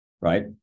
right